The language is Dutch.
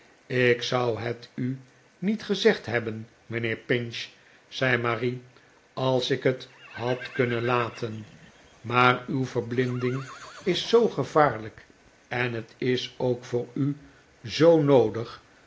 ik zou het u niet gezegd hebben mijnheer pinch zei marie als ik het had kunnen laten maar uw verblinding is zoo gevaarlijk en het is ook voor u zoo noodig